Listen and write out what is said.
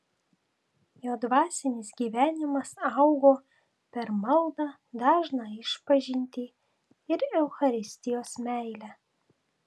jo dvasinis gyvenimas augo per maldą dažną išpažintį ir eucharistijos meilę